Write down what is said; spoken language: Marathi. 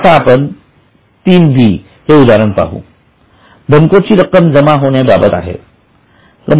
आता आपण 3 B हे उदाहरण पाहू हे धनकोची रक्कम जमा होणे बाबत आहे